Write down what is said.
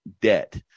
debt